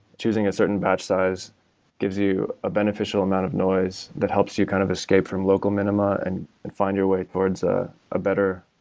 choosing a certain batch size gives you a beneficial amount of noise that helps you kind of escape from local minima and find your way towards ah a better,